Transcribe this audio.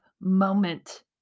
moment